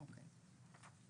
אוקיי.